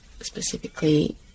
specifically